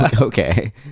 Okay